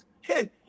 Hey